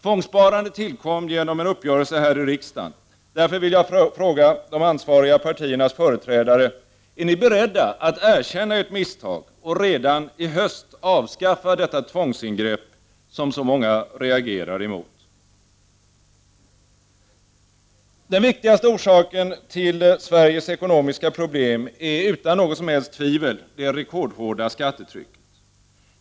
Tvångssparandet tillkom genom en uppgörelse här i riksdagen — därför vill jag fråga de ansvariga partiernas företrädare: Är ni beredda att erkänna ert misstag och redan i höst avskaffa detta tvångsingrepp som så många reagerar emot? Den viktigaste orsaken till Sveriges ekonomiska problem är utan något som helst tvivel det rekordhårda skattetrycket.